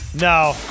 No